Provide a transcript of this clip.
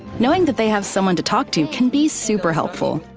knowing that they have someone to talk to can be super helpful.